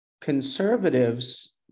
conservatives